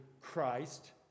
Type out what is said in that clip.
Christ